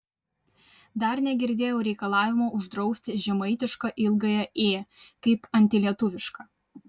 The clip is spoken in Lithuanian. dar negirdėjau reikalavimo uždrausti žemaitišką ilgąją ė kaip antilietuvišką